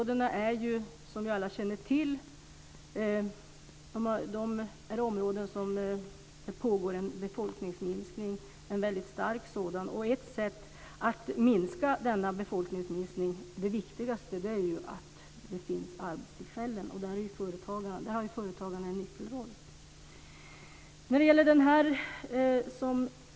Det är ju, som vi alla känner till, områden där det pågår en väldigt stark befolkningsminskning, och det viktigaste för att minska denna befolkningsminskning är att det finns arbetstillfällen. Och där har företagarna en nyckelroll.